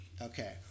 Okay